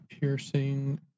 piercing